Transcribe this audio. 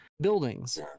buildings